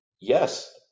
yes